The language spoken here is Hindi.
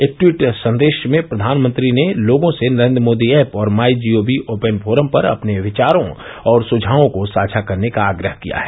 एक ट्वीट संदेश में प्रधानमंत्री ने लोगों से नरेन्द्र मोदी ऐप और my G O V open forum पर अपने विचारों और सुझावों को साझा करने का आग्रह किया है